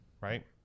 right